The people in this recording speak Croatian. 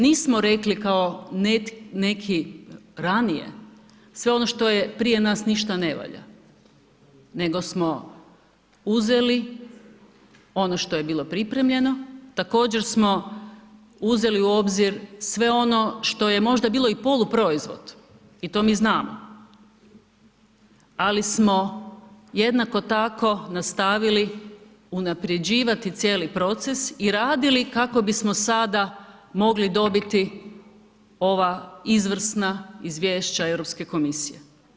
Nismo rekli kao neki ranije sve ono što je prije nas ništa ne valja, nego smo uzeli ono što je bilo pripremljeno, također smo uzeli u obzir sve ono što je možda bilo i poluproizvod i to mi znamo, ali smo jednako tako nastavili unapređivati cijeli proces i radili kako bismo sada mogli dobiti ova izvrsna izvješća Europske komisije.